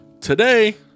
Today